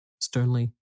sternly